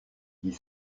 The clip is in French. ils